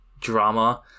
drama